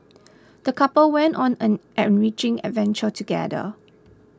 the couple went on an enriching adventure together